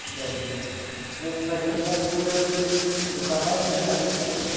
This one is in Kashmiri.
ٹھیٖک حظ جِناب اچھا تۄہہِ کَتہِ چھُ اَز یہِ دُکان حظ یہِ اٮ۪ڈرَس